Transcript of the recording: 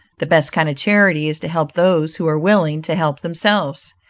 the best kind of charity is to help those who are willing to help themselves.